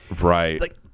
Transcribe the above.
Right